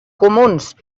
comuns